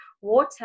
water